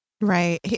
Right